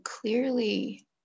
clearly